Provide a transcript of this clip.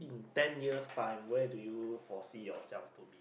ten years time where do you foresee yourself to be